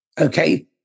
Okay